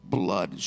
blood